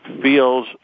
feels